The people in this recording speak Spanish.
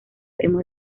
hemos